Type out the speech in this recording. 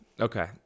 Okay